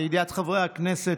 לידיעת חברי הכנסת,